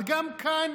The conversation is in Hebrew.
אבל גם כאן,